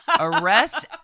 Arrest